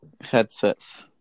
headsets